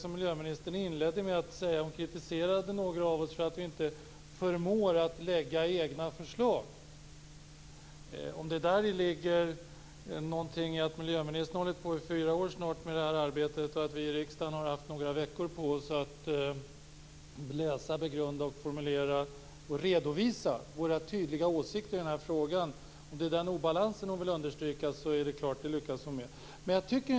Miljöministern inledde med att kritisera några av oss för att vi inte förmår att lägga fram egna förslag. Miljöministern har snart hållit på i fyra år med det här arbetet medan vi i riksdagen har haft några veckor på oss att läsa, begrunda, formulera och redovisa våra åsikter i den här frågan. Om det är denna obalans som miljöministern vill understryka har hon lyckats med det.